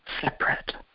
separate